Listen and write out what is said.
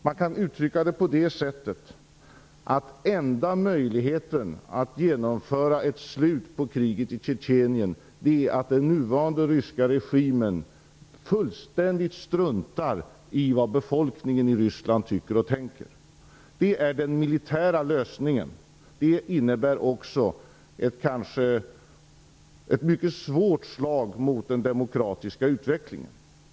Man kan uttrycka det på det sättet, att den enda möjligheten att genomföra ett slut på kriget i Tjetjenien är att den nuvarande ryska regimen fullständigt struntar i vad befolkningen i Ryssland tycker och tänker. Det är den militära lösningen. Det innebär också ett mycket svårt slag mot den demokratiska utvecklingen.